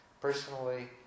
personally